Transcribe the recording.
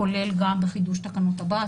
כולל גם בחידוש התקנות הבא.